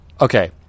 okay